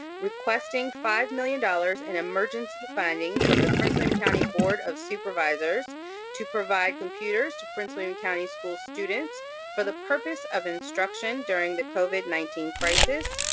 requesting five million dollars in and emergency funding from the prince william county board of supervisors to provide computers to prince william county school students for the purpose of instruction during the covid nineteen crisis,